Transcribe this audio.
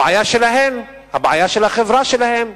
הבעיה שלהן, הבעיה של החברה שלהן,